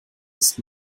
ist